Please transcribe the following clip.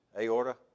Aorta